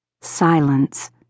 Silence